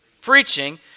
Preaching